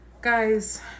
Guys